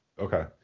Okay